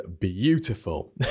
beautiful